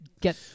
get